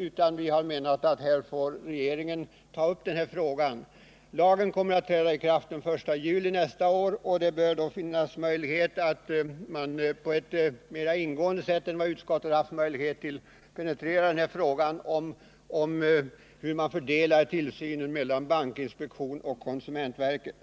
Regeringen får därför ta upp denna fråga. Lagen skall träda i kraft den 1 juli nästa år. Det bör därför finnas möjlighet att på ett mera ingående sätt än vad utskottet har haft möjlighet till penetrera frågan om fördelningen av tillsynen mellan bankinspektionen och konsumentverket.